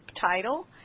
title